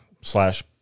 slash